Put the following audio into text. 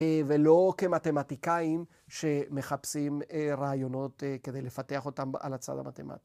‫ולא כמתמטיקאים שמחפשים רעיונות ‫כדי לפתח אותם על הצד המתמטי.